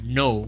no